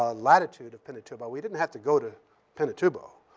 ah latitude of pinatubo. we didn't have to go to pinatubo.